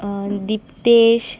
Diptesh